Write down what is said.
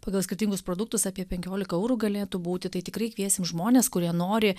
pagal skirtingus produktus apie penkiolika eurų galėtų būti tai tikrai kviesim žmones kurie nori